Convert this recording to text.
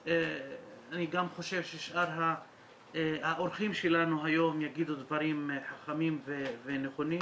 גם חושב ששאר האורחים שלנו היום יגידו דברים חכמים ונכונים.